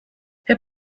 herr